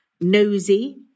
nosy